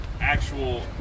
Actual